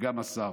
וגם השר,